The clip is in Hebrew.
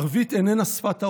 ערבית איננה שפת האויבים.